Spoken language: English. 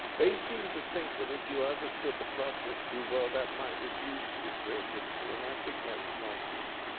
they seemed to think that if you understood the process too well, that might reduce your creativity. and i think that's nonsense.